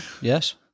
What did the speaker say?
yes